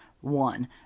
One